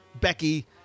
Becky